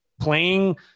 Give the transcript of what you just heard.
playing